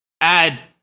add